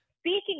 speaking